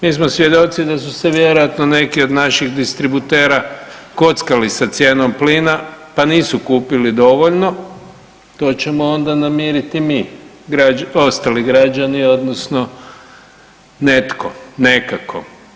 Mi smo svjedoci da su se vjerojatno neki od naših distributera kockali sa cijenom plina, pa nisu kupili dovoljno, to ćemo onda namiriti mi ostali građani odnosno netko nekako.